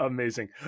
Amazing